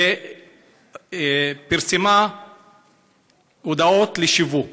ופרסמה הודעות לשיווק.